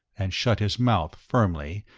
and shut his mouth firmly,